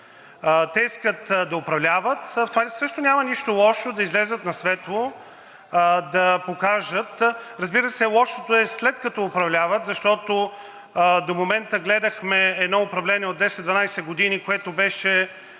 Те искат да управляват – в това също няма нищо лошо, да излязат на светло, да покажат… Разбира се, лошото е, след като управляват, защото до момента гледахме едно управление от 10 – 12 години, което беше